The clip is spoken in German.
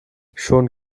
schon